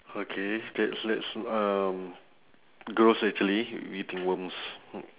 okay that's that's um gross actually eating worms